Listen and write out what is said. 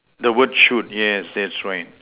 the word shoot yes that's right